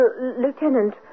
Lieutenant